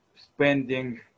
spending